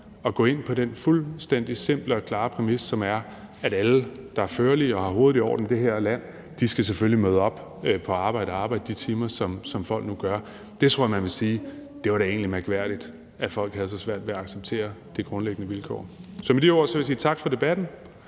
at gå ind på den fuldstændig simple og klare præmis, at alle i det her land, der har førlighed og har hovedet i orden, selvfølgelig skal møde op på arbejde og arbejde de timer, som folk nu gør? Der tror jeg man vil sige: Det var da egentlig mærkværdigt, at folk havde så svært ved at acceptere det grundlæggende vilkår. Med de ord vil jeg sige tak for debatten.